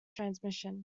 transmission